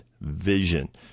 vision